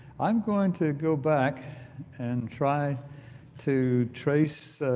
i'm going to go back and try to trace